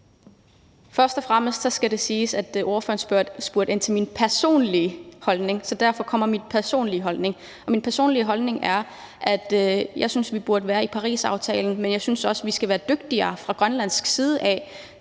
Først og fremmest skal det siges, at ordføreren spurgte ind til min personlige holdning, så derfor kommer jeg med min personlige holdning. Min personlige holdning er, at jeg synes, vi burde være med i Parisaftalen, men jeg synes også, vi skal være dygtigere fra grønlandsk side til